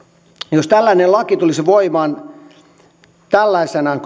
jos tällainen laki tulisi voimaan tällaisenaan